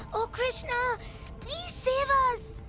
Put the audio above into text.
o krishna, please save us!